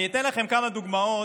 אני אתן לכם כמה דוגמאות